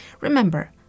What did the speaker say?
Remember